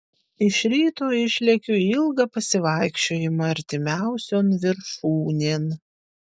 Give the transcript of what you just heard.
iš ryto išlekiu į ilgą pasivaikščiojimą artimiausion viršūnėn